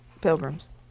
pilgrims